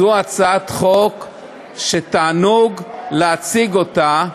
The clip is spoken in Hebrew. זאת הצעת חוק שתענוג להציג אותה,